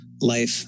life